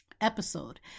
episode